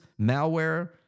malware